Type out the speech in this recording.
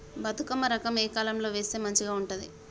బతుకమ్మ రకం ఏ కాలం లో వేస్తే మంచిగా ఉంటది?